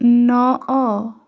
ନଅ